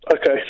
Okay